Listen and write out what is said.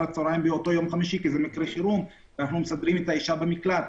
באותו יום חמישי כי זה מקרה חירום ואנחנו מסדרים את האישה במקלט.